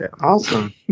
awesome